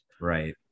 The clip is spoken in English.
Right